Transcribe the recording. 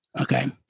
Okay